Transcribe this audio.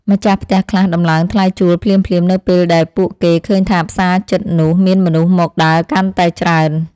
ម្ចាស់ផ្ទះខ្លះដំឡើងថ្លៃជួលភ្លាមៗនៅពេលដែលពួកគេឃើញថាផ្សារជិតនោះមានមនុស្សមកដើរកាន់តែច្រើន។